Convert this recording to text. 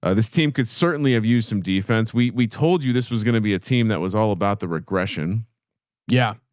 ah this team could certainly have used some defense. we, we told you this was going to be a team that was all about the regression. speaker